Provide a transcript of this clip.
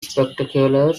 spectacular